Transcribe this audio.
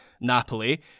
Napoli